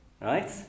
right